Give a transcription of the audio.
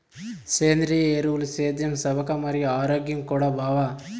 సేంద్రియ ఎరువులు సేద్యం సవక మరియు ఆరోగ్యం కూడా బావ